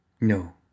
No